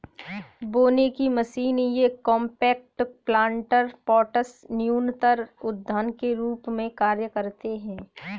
बोने की मशीन ये कॉम्पैक्ट प्लांटर पॉट्स न्यूनतर उद्यान के रूप में कार्य करते है